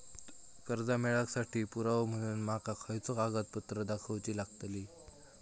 कर्जा मेळाक साठी पुरावो म्हणून माका खयचो कागदपत्र दाखवुची लागतली?